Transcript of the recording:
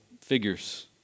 figures